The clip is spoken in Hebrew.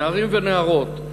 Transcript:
נערים ונערות,